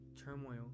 turmoil